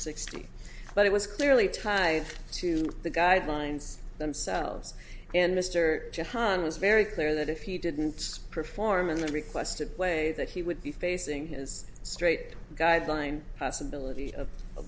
sixty but it was clearly tied to the guidelines themselves and mr hahn was very clear that if he didn't perform in the requested way that he would be facing this straight guideline possibility of